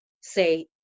say